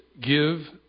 give